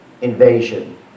invasion